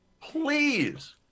Please